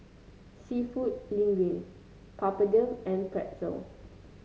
seafood Linguine Papadum and Pretzel